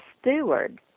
steward